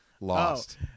lost